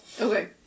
Okay